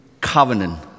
covenant